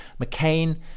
McCain